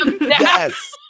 Yes